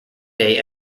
day